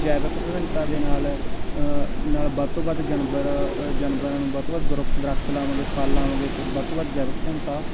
ਜੈਵਿਕ ਵਿਭਿੰਨਤਾ ਦੇ ਨਾਲ ਨਾਲ ਵੱਧ ਤੋਂ ਵੱਧ ਜਾਨਵਰ ਅ ਜਾਨਵਰਾਂ ਨੂੰ ਵੱਧ ਤੋਂ ਵੱਧ ਦਰੁ ਦਰੱਖਤ ਲਾਵਾਂਗੇ ਫ਼ਲ ਲਾਵਾਂਗੇ ਤੇ ਵੱਧ ਤੋਂ ਵੱਧ ਜੈਵਿਕ ਵਿਭਿੰਨਤਾ